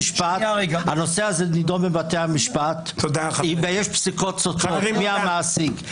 הנושא הזה נדון בבתי המשפט ויש פסיקות סותרות לגבי המעסיק.